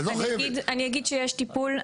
אני אגיד שיש טיפול,